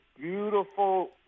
beautiful